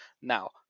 Now